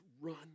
run